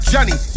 Johnny